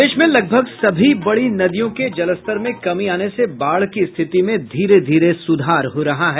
प्रदेश में लगभग सभी बड़ी नदियों के जलस्तर में कमी आने से बाढ़ की स्थिति में धीरे धीरे सुधार हो रहा है